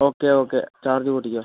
okay okay charge കൂട്ടിക്കോ